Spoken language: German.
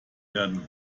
werden